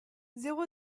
zéro